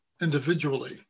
individually